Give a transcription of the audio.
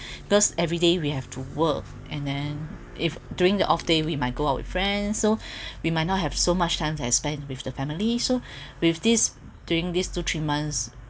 because every day we have to work and then if during the off day we might go out with friends so we might not have so much time to spend with the family so with this during these two three months